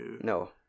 No